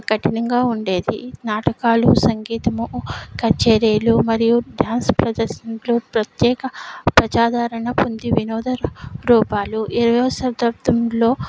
కఠినంగా ఉండేది నాటకాలు సంగీతము కచేరీలు మరియు డాన్స్ ప్రదర్శనలు ప్రత్యేక ప్రజాదరణ పొంది వినోద రూపాలు ఇరవైయో శతాబ్దంలో